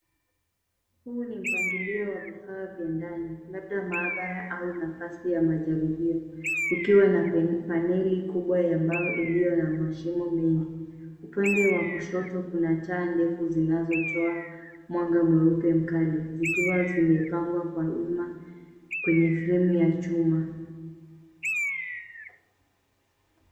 Huu ni mpangilio wa vifaa vya ndani labda maabara au nafasi ya majaribio ukiwa na paneli kubwa ya mbao iliyo ya mashimo mengi. Upande wa kushoto kuna taa ndefu zinazotoa mwanga mweupe mkali zikiwa zimepangwa kwa wima kwenye fremu ya chuma.